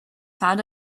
found